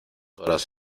horas